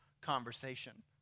conversation